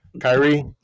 Kyrie